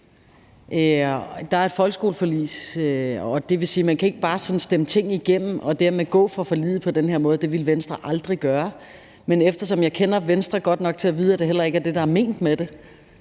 Der er et folkeskoleforlig, og det vil sige, at man ikke bare sådan kan stemme ting igennem og dermed gå fra forliget på den her måde. Det ville Venstre aldrig gøre. Men eftersom jeg kender Venstre godt nok til at vide, at det heller ikke er det, der er ment med det,